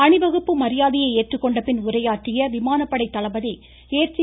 அணிவகுப்பு மரியாதையை ஏற்றுக்கொண்ட பின் உரையாற்றிய விமானப்படை தளபதி ஏர்சீ